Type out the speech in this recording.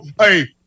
Hey